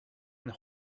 and